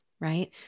right